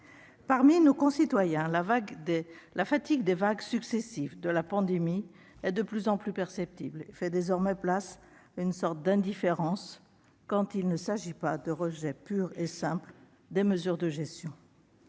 Parmi nos concitoyens, la fatigue des vagues successives de la pandémie de covid-19 est de plus en plus perceptible et fait désormais place à une sorte d'indifférence, quand il ne s'agit pas d'un rejet pur et simple des mesures de gestion